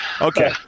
Okay